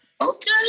Okay